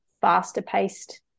faster-paced